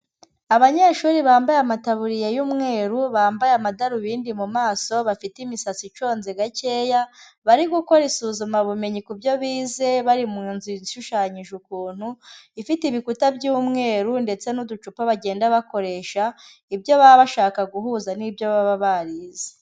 Abanyeshuri bambaye amataburiya y'umweru, bambaye amadarubindi mu maso, bafite imisatsi iconze gakeya, bari gukora isuzumabumenyi ku byo bize, bari mu nzu ishushanyije ukuntu, ifite ibikuta by'umweru ndetse n'uducupa bagenda bakoresha, ibyo baba bashaka guhuza n'ibyo baba barize.